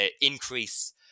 increase